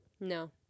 No